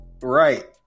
Right